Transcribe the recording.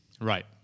Right